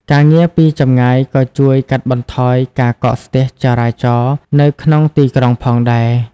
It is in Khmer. ការងារពីចម្ងាយក៏ជួយកាត់បន្ថយការកកស្ទះចរាចរណ៍នៅក្នុងទីក្រុងផងដែរ។